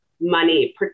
money